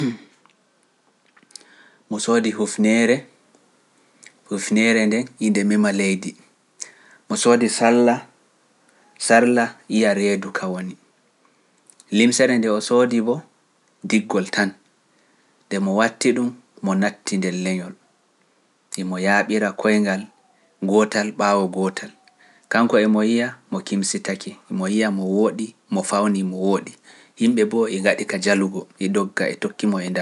Mbo soodi hufneere nde yiide mema leydi, mbo soodi salla salla yiya reedu ka woni, limsere nde o soodi bo, diggol tan, nde mbo watti ɗum, mbo natti nder leñol, imo yaaɓira koyngal gootal ɓaawo gootal, kanko e mo yiya mo kimsimsitake, emo yiya mo woɗi, mo fawni mo woɗi, yimɓe boo e gaɗi ka jalugo, e doga e tokki mo e ndaar.